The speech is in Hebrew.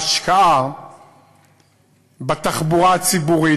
ההשקעה בתחבורה הציבורית,